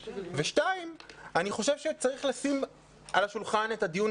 2. אני חושב שצריך לשים על השולחן את הדיון